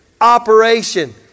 operation